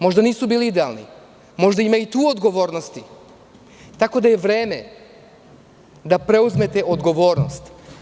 Možda nisu bili idealni, možda ima i tu odgovornosti, tako da je vreme da preuzmete odgovornost.